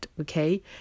okay